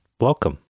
welcome